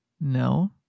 No